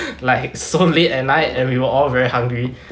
like so late at night and we were all very hungry